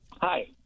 Hi